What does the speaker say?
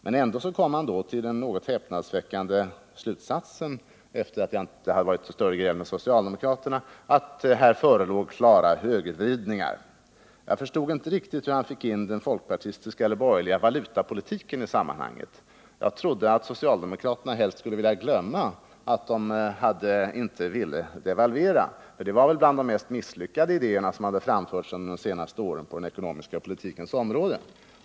Men ändå kom han till den något häpnadsväckande slutsatsen — eftersom det inte varit något större gräl med socialdemokraterna — att här förelåg klara högervridningar. Jag förstod inte riktigt hur han fick in den folkpartistiska eller borgerliga valutapolitiken i det sammanhanget. Jag trodde att socialdemokraterna helst skulle vilja glömma att de inte ville devalvera — för det var ju bland de mest misslyckade idéer som framförts under de senaste åren på den ekonomiska politikens område.